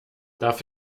darf